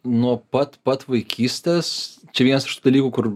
nuo pat pat vaikystės čia vienas iš dalykų kur